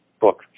book